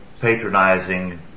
patronizing